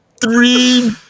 Three